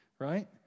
Right